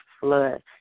flood